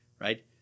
right